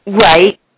Right